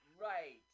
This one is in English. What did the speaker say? right